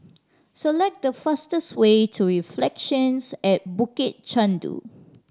select the fastest way to Reflections at Bukit Chandu